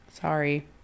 sorry